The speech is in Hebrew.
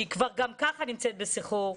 שהיא כבר גם ככה נמצאת בסחרור,